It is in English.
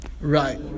Right